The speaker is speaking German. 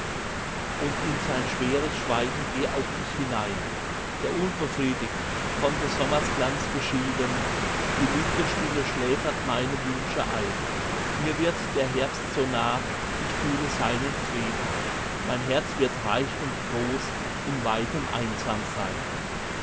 und in sein schweres schweigen geh auch ich hinein der unbefriedigt von des sommers glanz geschieden die linde stille schläfert meine wünsche ein mir wird der herbst so nah ich fühle seinen frieden mein herz wird reich und groß in weitem einsamsein